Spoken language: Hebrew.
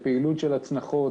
לפעילות של הצנחות.